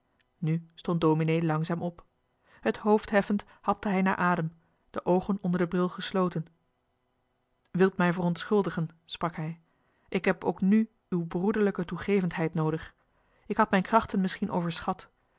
nu stond dominee langzaam op het hoofd heffend hapte hij naar adem de oogen onder den bril gesloten wilt mij verontschuldigen sprak hij ik heb ook nu uw broederlijke toegevendheid noodig ik had mijn krachten misschien overschat